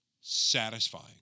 satisfying